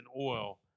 oil